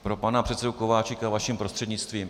Pro pana předsedu Kováčika vaším prostřednictvím.